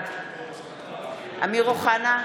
בעד אמיר אוחנה,